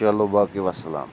چلو باقٕے وَسلام